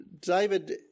David